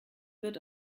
wird